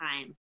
time